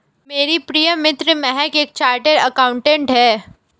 मेरी प्रिय मित्र महक एक चार्टर्ड अकाउंटेंट है